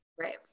Right